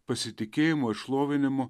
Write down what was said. pasitikėjimo ir šlovinimo